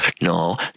no